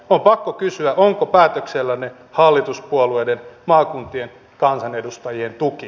on pakko kysyä onko päätöksellänne hallituspuolueiden maakuntien kansanedustajien tuki